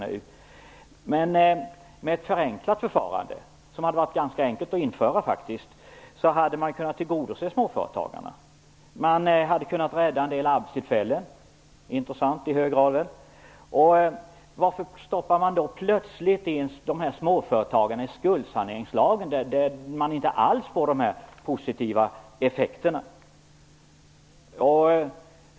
Med ett förenklat förfarande, som faktiskt hade varit ganska enkelt att införa, hade man kunnat tillgodose småföretagarna. Man hade kunnat rädda en del arbetstillfällen, vilket i hög grad är intressant. Varför stoppar man då plötsligt in regler för småföretagarna i skuldsaneringslagen? Då får man ju inte alls de här positiva effekterna.